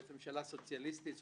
ממשלה סוציאליסטית דמוקרטית,